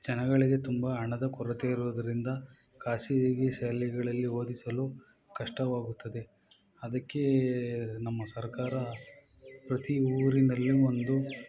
ಜನಗಳಿಗೆ ತುಂಬ ಹಣದ ಕೊರತೆ ಇರುವುದರಿಂದ ಖಾಸಗಿ ಶಾಲೆಗಳಲ್ಲಿ ಓದಿಸಲು ಕಷ್ಟವಾಗುತ್ತದೆ ಅದಕ್ಕೆ ನಮ್ಮ ಸರ್ಕಾರ ಪ್ರತಿ ಊರಿನಲ್ಲಿ ಒಂದು